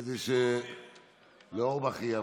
כדי שלאורבך תהיה עבודה.